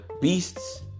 beasts